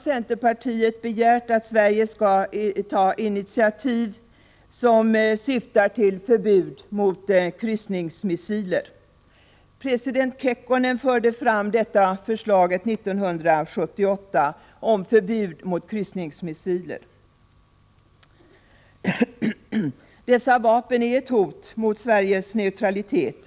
Centerpartiet har begärt att Sverige skall ta initiativ som syftar till förbud mot kryssningsmissiler. President Kekkonen förde 1978 fram förslag om förbud mot kryssningsmissiler. Dessa vapen är ett hot mot Sveriges neutralitet.